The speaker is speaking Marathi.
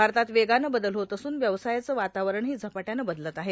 भारतात वेगानं बदल होत असून व्यवसायाचं वातावरणहो झपाट्यानं बदलत आहे